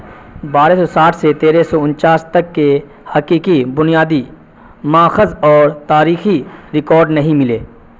بارہ سو ساٹھ سے تیرہ سو انچاس تک کے حقیقی بنیادی ماخذ اور تاریخی ریکاڈ نہیں ملے